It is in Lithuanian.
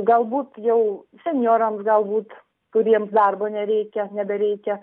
gal būt jau senjorams gal būt kuriems darbo nereikia nebereikia